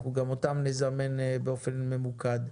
גם אותם אנחנו נזמן באופן ממוקד.